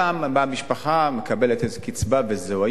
פעם באה משפחה, קיבלה איזו קצבה וזהו.